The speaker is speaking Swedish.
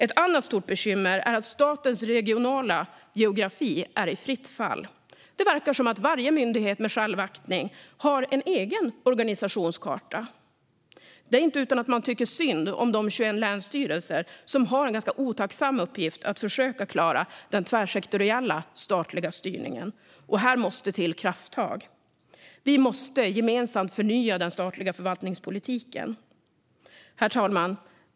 Ett annat stort bekymmer är att statens regionala geografi är i fritt fall. Det verkar som att varje myndighet med självaktning har en egen organisationskarta. Det är inte utan att man tycker synd om de 21 länsstyrelserna, som har den ganska otacksamma uppgiften att försöka klara den tvärsektoriella statliga styrningen. Här måste det till krafttag. Vi måste gemensamt förnya den statliga förvaltningspolitiken. Herr talman!